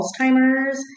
Alzheimer's